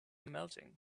melting